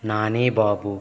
Nani Babu